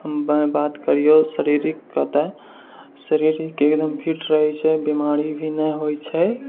हम बात करियौ शारीरकके तऽ शरीर एकदम फिट एकदम फिट रहै छै बीमारी भी नहि होइ छै